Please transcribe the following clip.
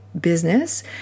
business